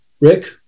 Rick